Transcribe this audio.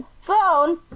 Phone